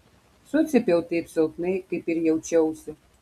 sucypiau taip silpnai kaip ir jaučiausi